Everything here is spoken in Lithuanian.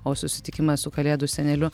o susitikimą su kalėdų seneliu